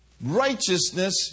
righteousness